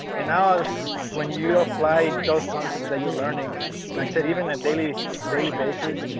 and now when you apply those concepts that you're learning like said even a daily daily basis